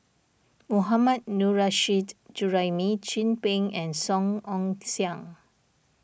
Mohammad Nurrasyid Juraimi Chin Peng and Song Ong Siang